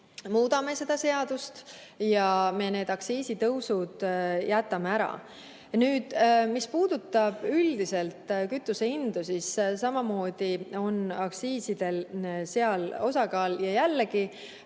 muudame seda seadust ja me need aktsiisitõusud jätame ära. Nüüd, mis puudutab üldiselt kütuse hindu, siis samamoodi on aktsiisidel seal osakaal. Ja jällegi